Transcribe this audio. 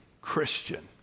Christian